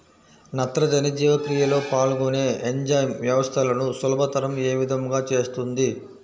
నత్రజని జీవక్రియలో పాల్గొనే ఎంజైమ్ వ్యవస్థలను సులభతరం ఏ విధముగా చేస్తుంది?